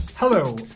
Hello